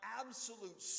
absolute